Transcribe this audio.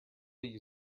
you